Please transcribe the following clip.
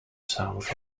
south